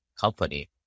company